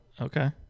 Okay